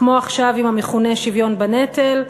כמו עכשיו עם המכונה "שוויון בנטל",